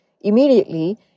immediately